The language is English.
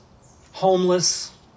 homeless